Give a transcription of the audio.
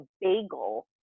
bagel